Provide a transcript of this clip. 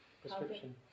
Prescription